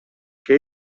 che